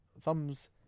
thumbs